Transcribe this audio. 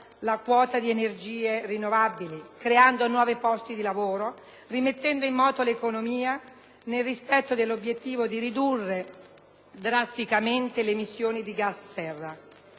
la quota di energie rinnovabili, creando così nuovi posti di lavoro e rimettendo in moto l'economia, nel rispetto dell'obiettivo di ridurre drasticamente le emissioni di gas serra.